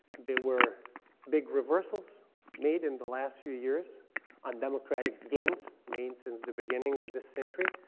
there were big reversals made in the last few years on democratic gains made since the beginning of the century.